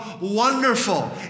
wonderful